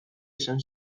esan